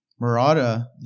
Murata